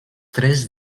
tres